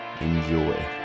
enjoy